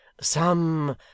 Some